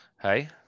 Hey